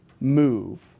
move